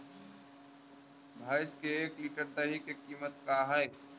भैंस के एक लीटर दही के कीमत का है?